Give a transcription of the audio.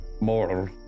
mortal